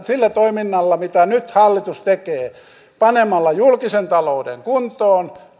sillä toiminnalla mitä nyt hallitus tekee panemalla julkisen talouden kuntoon